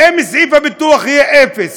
ואם סעיף הביטוח יהיה אפס,